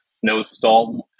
snowstorm